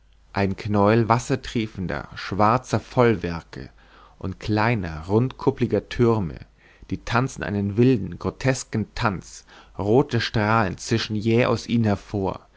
ein knäuel wassertriefender schwarzer vollwerke und kleiner rundkuppliger türme die tanzen einen wilden grotesken tanz rote strahlen zischen jäh aus ihnen hervor